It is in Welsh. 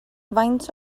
faint